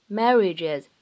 marriages